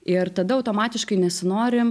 ir tada automatiškai nesinori